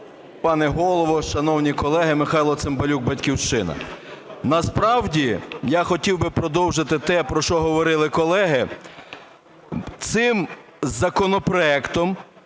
пане Голово, шановні колеги! Михайло Цимбалюк, "Батьківщина". Насправді я хотів би продовжити те, про що говорили колеги. Цим законопроектом